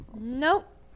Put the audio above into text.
Nope